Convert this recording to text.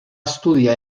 estudiar